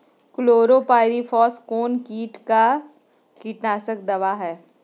Chlorpyrifos कौन किट का कीटनाशक दवा है?